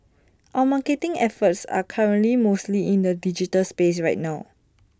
our marketing efforts are currently mostly in the digital space right now